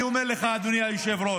אני אומר לך, אדוני היושב-ראש,